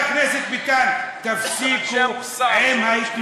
חבר הכנסת ביטן, תפסיקו, הם אנשי המוסר.